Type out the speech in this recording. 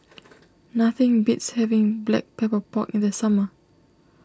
nothing beats having Black Pepper Pork in the summer